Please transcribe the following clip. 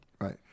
right